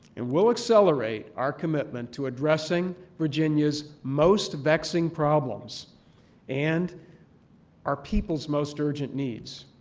and we'll accelerate our commitment to addressing virginia's most vexing problems and our people's most urgent needs.